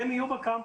הם יהיו בקמפוס.